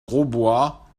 grosbois